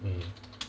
mm